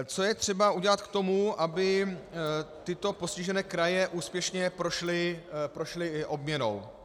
Co je třeba udělat k tomu, aby tyto postižené kraje úspěšně prošly obměnou?